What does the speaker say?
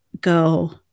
go